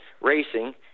racing